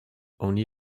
only